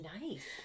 Nice